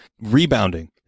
rebounding